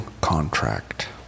contract